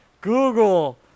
Google